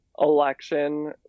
election